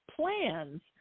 plans